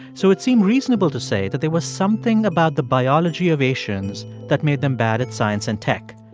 so it seemed reasonable to say that there was something about the biology of asians that made them bad at science and tech.